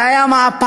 זה היה מהפך,